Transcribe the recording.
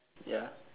ya